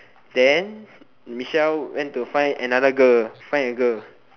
then Michelle went to find another girl find a girl